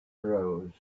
rose